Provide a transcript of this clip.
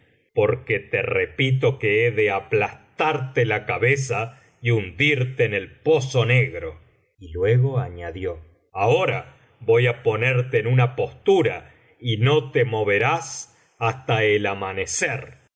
porque te repito que lie de aplastarte la cabeza y hundirte en el pozo negro y luego añadió ahora voy á ponerte en una postura y no te moverás hasta el amanecer